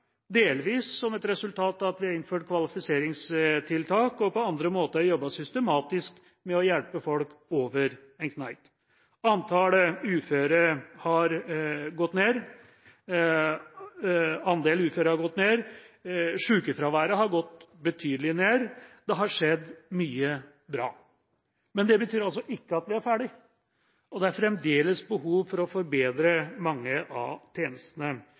delvis som et resultat av at vi har innført kvalifiseringstiltak og på andre måter jobbet systematisk med å hjelpe folk over en kneik. Andelen uføre har gått ned, sjukefraværet har gått betydelig ned, det har skjedd mye bra. Men det betyr altså ikke at vi er ferdige, og det er fremdeles behov for å forbedre mange av tjenestene.